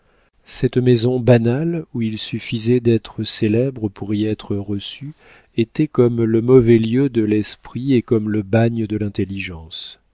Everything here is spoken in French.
cette maison banale où il suffisait d'être célèbre pour y être reçu était comme le mauvais lieu de l'esprit et comme le bagne de l'intelligence